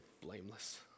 blameless